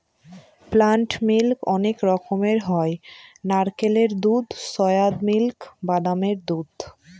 plant milk অনেক রকমের হয় নারকেলের দুধ, সোয়া মিল্ক, বাদামের দুধ